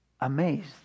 amazed